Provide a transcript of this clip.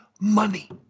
money